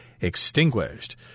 Extinguished